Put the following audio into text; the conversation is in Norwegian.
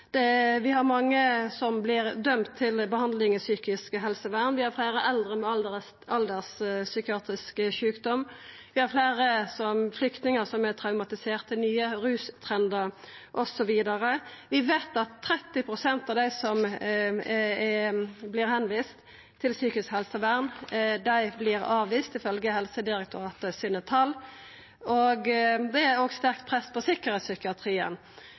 Vi har mange som vert dømde til behandling i psykisk helsevern. Vi har fleire eldre med alderspsykiatrisk sjukdom. Vi har fleire flyktningar som er traumatiserte, nye rustrendar osv. Vi veit at 30 pst. av dei som vert tilviste til psykisk helsevern, vert avviste, ifølgje tal frå Helsedirektoratet. Det er òg sterkt press på sikkerheitspsykiatrien. Så situasjonen er at det er eit enormt press på